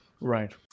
right